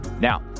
Now